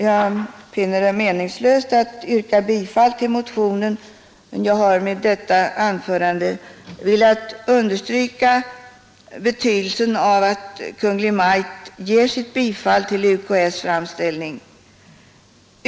Jag finner det meningslöst att yrka bifall till motionen, men jag har med detta anförande velat understryka betydelsen av att Kungl. Maj:t ger sitt bifall till UKÄ:s framställning.